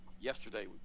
yesterday